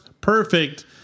perfect